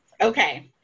Okay